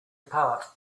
apart